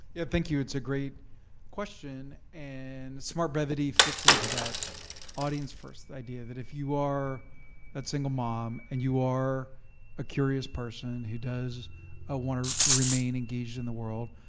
yeah, thank you. it's a great question, and smart brevity fits into that audience first idea. that if you are that single mom and you are a curious person who does ah wanna remain engaged in the world,